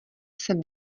sem